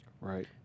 Right